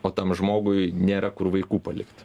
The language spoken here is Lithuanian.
o tam žmogui nėra kur vaikų palikt